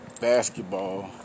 basketball